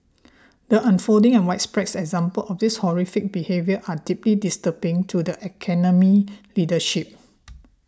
the unfolding and widespread examples of this horrific behaviour are deeply disturbing to the Academy's leadership